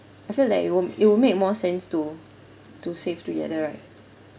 I feel like it won't it will make more sense to to save together right